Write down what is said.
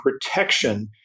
protection